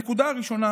הנקודה הראשונה